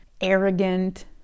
arrogant